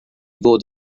fod